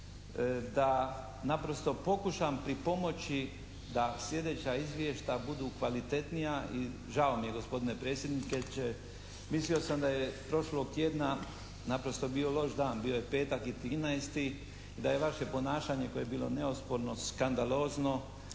da naprosto pokušam pripomoći da sljedeća izvješća budu kvalitetnija i žao mi je gospodine predsjedniče, mislio sam da je prošlog tjedna naprosto bio loš dan, bio je petak 13. i da je vaše ponašanje koje je bilo neosporno skandalozno